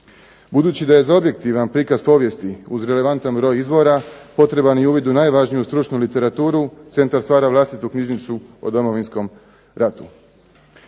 Budući da je za objektivan prikaz povijesti uz relevantan broj izvora potreban i uvid u najvažniju stručnu literaturu centar stvara vlastitu knjižnicu o Domovinskom ratu.